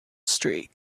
street